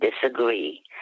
disagree